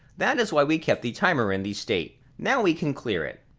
that is why we kept the timer in the state. now we can clear it.